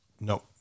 No